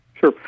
Sure